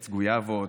עץ גויאבות,